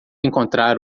encontrar